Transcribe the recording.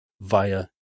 via